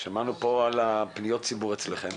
שמענו פה על פניות הציבור אצלכם,